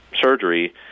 surgery